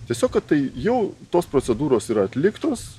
tiesiog kad tai jau tos procedūros yra atliktos